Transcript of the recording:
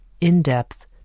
in-depth